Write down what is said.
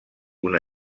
una